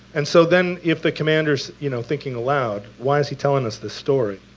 and so then if the commander's you know thinking aloud, why is he telling this this story?